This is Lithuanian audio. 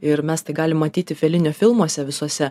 ir mes tai galim matyti felinio filmuose visuose